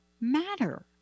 matter